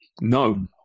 No